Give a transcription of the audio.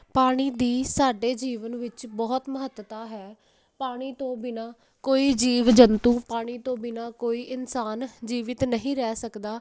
ਪਾਣੀ ਦੀ ਸਾਡੇ ਜੀਵਨ ਵਿੱਚ ਬਹੁਤ ਮਹੱਤਤਾ ਹੈ ਪਾਣੀ ਤੋਂ ਬਿਨਾਂ ਕੋਈ ਜੀਵ ਜੰਤੂ ਪਾਣੀ ਤੋਂ ਬਿਨਾਂ ਕੋਈ ਇਨਸਾਨ ਜੀਵਿਤ ਨਹੀਂ ਰਹਿ ਸਕਦਾ